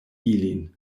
ilin